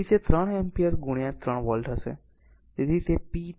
તેથી તે 3 એમ્પીયર ગુણ્યા 3 વોલ્ટ હશે